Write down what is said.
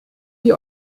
die